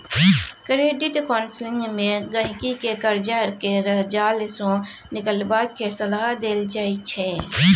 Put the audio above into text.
credit counselling मे गहिंकी केँ करजा केर जाल सँ निकलबाक सलाह देल जाइ छै